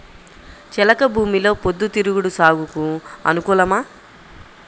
చెలక భూమిలో పొద్దు తిరుగుడు సాగుకు అనుకూలమా?